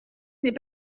n’est